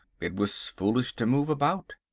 it was foolish to move about.